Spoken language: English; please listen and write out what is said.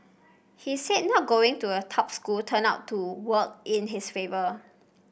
he said not going to a top school turned out to work in his favour